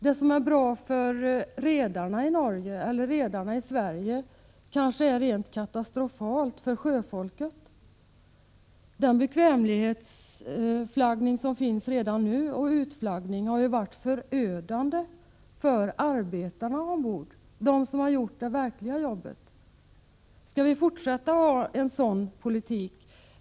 Det som är bra för redarna i Norge eller redarna i Sverige kanske är rent katastrofalt för sjöfolket. Den bekvämlighetsflaggning och utflaggning som redan finns har ju varit förödande för arbetarna ombord, för dem som gjort det verkliga jobbet. Skall vi fortsätta att ha en sådan politik?